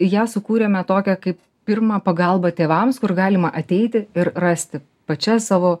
ją sukūrėme tokią kaip pirmą pagalbą tėvams kur galima ateiti ir rasti pačias savo